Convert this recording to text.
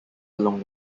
along